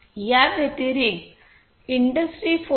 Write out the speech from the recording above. याव्यतिरिक्त इंडस्ट्री 4